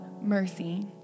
mercy